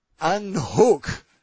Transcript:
Unhook